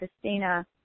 Christina